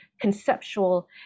conceptual